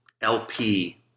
LP